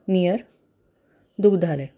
near Dugdhare